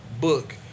book